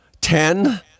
Ten